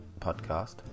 podcast